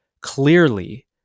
clearly